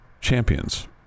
champions